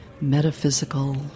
metaphysical